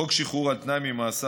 חוק שחרור על תנאי ממאסר,